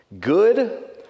Good